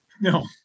No